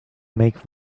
make